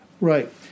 Right